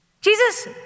Jesus